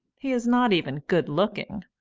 he is not even good-looking.